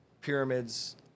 pyramids